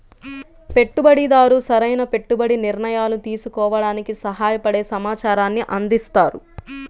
పెట్టుబడిదారు సరైన పెట్టుబడి నిర్ణయాలు తీసుకోవడానికి సహాయపడే సమాచారాన్ని అందిస్తారు